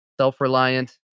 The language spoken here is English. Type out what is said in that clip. self-reliant